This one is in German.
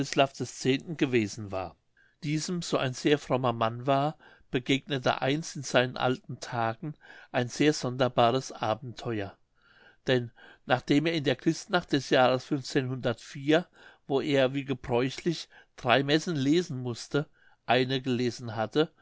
x gewesen war diesem so ein sehr frommer mann war begegnete einst in seinen alten tagen ein sehr sonderbares abenteuer denn nachdem er in der christnacht des jahres wo er wie gebräuchlich drei messen lesen mußte eine gelesen hatte